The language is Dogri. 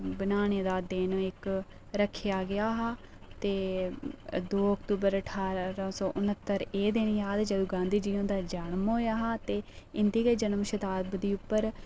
बनाने दा दिन इक्क रक्खेआ गेआ हा ते दो अक्तूबर ठारां सौ न्हत्तर ते एह् दिन याद जदूं गांधी हुंदी जन्म होआ हा ते इंदी गै जन्म शताब्दी उप्पर